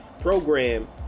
program